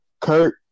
Kurt